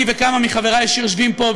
אני וכמה מחברי שיושבים פה,